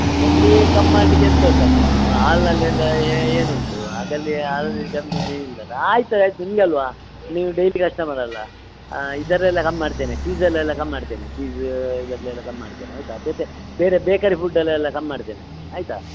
ಅದರಲ್ಲಿ ಕಮ್ಮಿ ಮಾಡಲಿಕ್ಕೆ ಎಂತ ಉಂಟಮ್ಮಾ ಹಾಲ್ನಲ್ಲೆಲ್ಲ ಏನುಂಟು ಆದಲ್ಲಿ ಹಾಲಲ್ಲಿ ಕಮ್ಮಿ ಏನು ಇಲ್ಲಲ್ಲ ಆಯ್ತು ಆಯಿತು ನಿಮಗೆ ಅಲ್ಲವಾ ನೀವು ಡೈಲಿ ಕಸ್ಟಮರ್ ಅಲ್ಲ ಇದರಲ್ಲೇ ಕಮ್ಮಿ ಮಾಡ್ತೇನೆ ಚೀಸಲ್ಲಿ ಎಲ್ಲ ಕಮ್ಮಿ ಮಾಡ್ತೇನೆ ಚೀಸ್ ಇದರಲ್ಲೆಲ್ಲ ಕಮ್ಮಿ ಮಾಡ್ತೇನೆ ಆಯಿತಾ ಬೇತೆ ಬೇರೆ ಬೇಕರಿ ಪುಡ್ಡಲ್ಲೆಲ್ಲ ಕಮ್ಮಿ ಮಾಡ್ತೇನೆ ಆಯಿತಾ